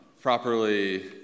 properly